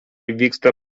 vyksta